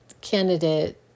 candidate